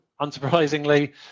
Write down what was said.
unsurprisingly